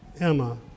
Emma